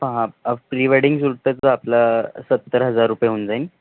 पहा pre wedding शूटचं तर आपलं सत्तर हजार रुपये होऊन जाईल